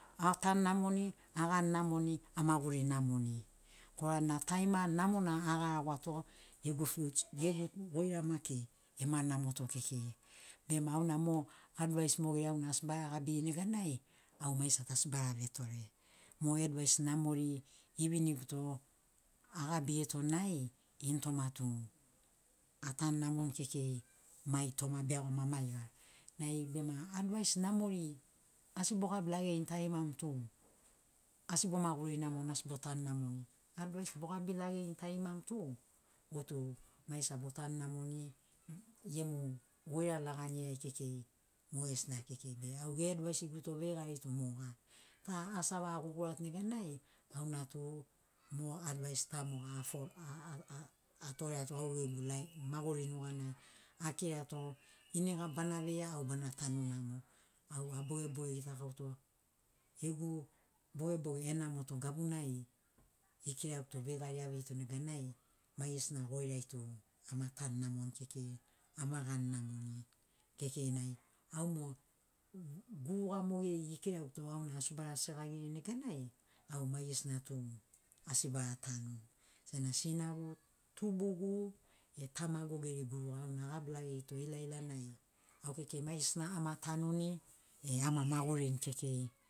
A tanu namoni, a gani namoni, a maguri namoni, korana tarima namona agaragoato gegu future, gegu goira maki ema namoto kekei. Bema auna mo advais mogeri auna asi bara gabiri neganai au maigesi tu asi bara vetore. Mo advais namori giviniguto agabirito nai ini toma tu atanu namoni kekei, mai toma beagoma maiga. Nai bema advais namori asi bogabi lagerini tarimamu tu asi bomaguri namoni asi botanu namoni. Advais bogabi lagerin tarimamu tu motu maigesina botanu namoni, gemu goira laganiriai kekei mogesina kekei. Be, au ge advaisiguto veigari tu moga. Ta asi avaga guguruato neganai, auna tu mo advais ta moga atoreato au gegu maguri nuganai. Akirato iniga bana veia au bana tanu namo. Au abogeboge gitakauto, gegu bogeboge enamoto gabunai gikiraguto veigari aveirito neganai maigesina goirai tu ama tanu namoni kekei, ama gani namoni kekei nai au mo guruga mogeri gikiraguto asi bara segagiri neganai au maigesina tu asi bara tanu. Sena sinagu tubugu e tamagu geri guruga auna agabi lagerito ilaila nai au kekei maigesina ama tanuni e ama magurini kekei